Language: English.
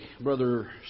Brother